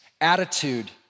attitude